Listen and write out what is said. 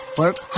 work